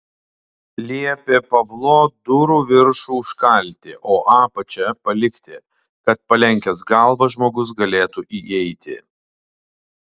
liepė pavlo durų viršų užkalti o apačią palikti kad palenkęs galvą žmogus galėtų įeiti